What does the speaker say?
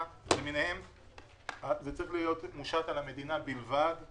זה צריך להיות מושת על המדינה בלבד.